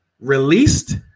released